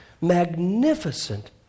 magnificent